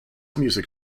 music